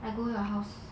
I go your house